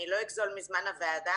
אני לא אגזול מזמן הוועדה,